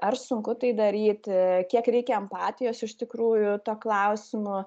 ar sunku tai daryti kiek reikia empatijos iš tikrųjų tuo klausimu